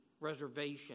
reservation